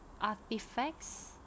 artifacts